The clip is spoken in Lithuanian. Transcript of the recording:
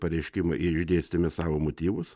pareiškimą ir išdėstėme savo motyvus